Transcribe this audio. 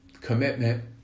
commitment